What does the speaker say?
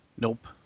Nope